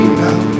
now